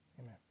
Amen